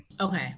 Okay